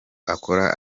akora